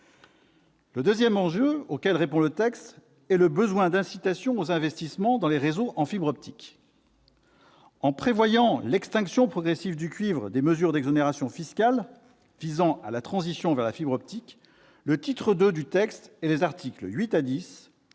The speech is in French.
Le deuxième enjeu auquel répond le texte est le besoin d'incitation aux investissements dans les réseaux en fibre optique. En prévoyant l'extinction progressive du cuivre et des mesures d'exonération fiscale visant à la transition vers la fibre optique, le titre II du texte et les articles 8 à 10 visent